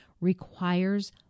requires